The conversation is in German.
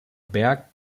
berg